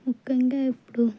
ముఖ్యంగా ఇప్పుడు